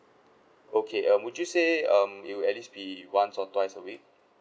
okay um would you say um it would at least be once or twice a week